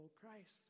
Christ